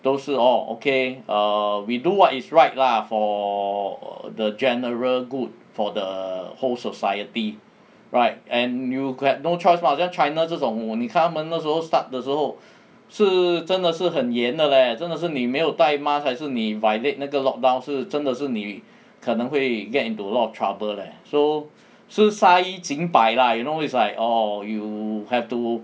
都是 orh okay err we do what is right lah for err the general good for the whole society right and you get no choice what 像 china 这种你看他们那时候 start 的时候是真的是很严的 leh 真的是你没有戴 mask 还是你 violate 那个 lockdown 是真的是你可能会 get into a lot of trouble leh so 是杀一儆百 lah you know it's like orh you have to